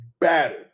battered